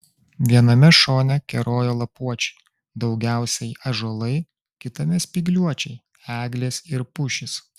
viename šone kerojo lapuočiai daugiausiai ąžuolai kitame spygliuočiai eglės ir pušys